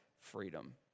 freedom